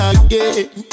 again